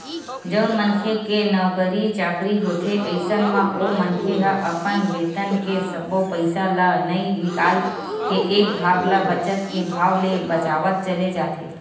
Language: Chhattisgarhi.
जउन मनखे के नउकरी चाकरी होथे अइसन म ओ मनखे ह अपन बेतन के सब्बो पइसा ल नइ निकाल के एक भाग ल बचत के भाव ले बचावत चले जाथे